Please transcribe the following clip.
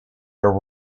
your